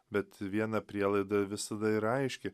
bet viena prielaida visada yra aiški